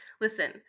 listen